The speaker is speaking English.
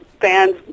fans